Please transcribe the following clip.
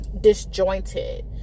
disjointed